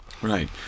Right